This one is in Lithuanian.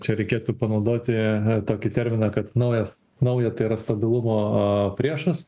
čia reikėtų panaudoti tokį terminą kad naujas nauja tai yra stabilumo priešas